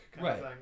Right